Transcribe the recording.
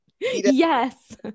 Yes